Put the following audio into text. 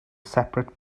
separate